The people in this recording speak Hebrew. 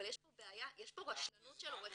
אבל יש פה בעיה, יש פה רשלנות של עורך דין.